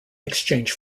exchange